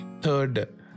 third